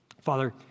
Father